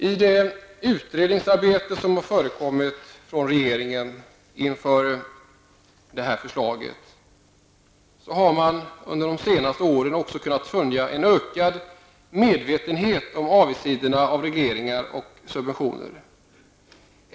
I regeringens utredningsarbete beträffande det här förslaget har man under de senaste åren kunnat skönja en ökad medvetenhet om avigsidorna av regleringar och subventioner.